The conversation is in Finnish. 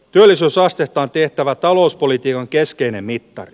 työllisyysastetta tietävät talouspolitiikan keskeinen mittari